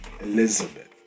Elizabeth